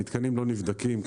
המתקנים לא נבדקים,